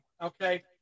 okay